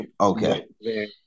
Okay